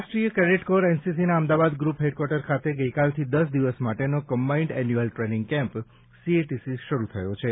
રાષ્ટ્રીય cadet corps એનસીસીના Ahmedabad group head quarter ખાતે ગઈકાલથી દસ દિવસ માટેનો combined annual training camp CATC શરૂ થયો છે